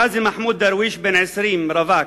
ע'אזי מחמוד דרוויש, בן 20, רווק,